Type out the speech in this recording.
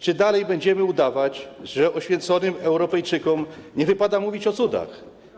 Czy dalej będziemy udawać, że oświeconym Europejczykom nie wypada mówić o cudach?